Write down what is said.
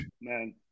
man